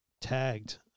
tagged